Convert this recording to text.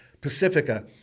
Pacifica